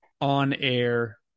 on-air